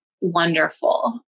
wonderful